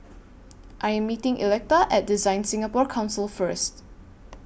I Am meeting Electa At DesignSingapore Council First